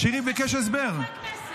זה חסינות חברי כנסת.